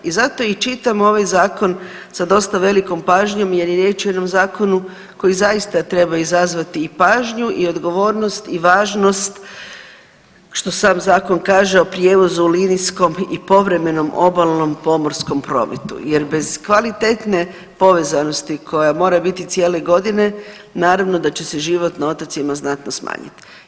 I zato i čitam ovaj zakon sa dostav velikom pažnjom jer je riječ o jednom zakonu koji zaista treba izazvati i pažnju i odgovornost i važnost što sam zakon kaže o prijevozu linijskom i povremenom obalnom pomorskom prometu jer bez kvalitetne povezanosti koja mora biti cijele godine, naravno da će se život na otocima znatno smanjit.